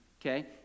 okay